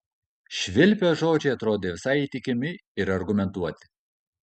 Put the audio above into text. švilpio žodžiai atrodė visai įtikimi ir argumentuoti